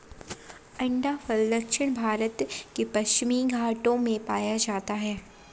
अंडाफल दक्षिण भारत के पश्चिमी घाटों में पाया जाता है